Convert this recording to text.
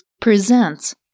presents